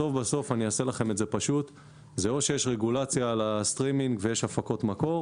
בסוף זה או שיש רגולציה על הסטרימינג ויש הפקות מקור,